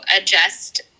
adjust